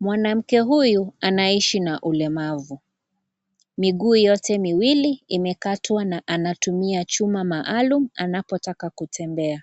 Mwanamke huyu anaishi na ulemavu. Miguu yote miwili imekatwa na anatumia chuma maalum anapotaka kutembea.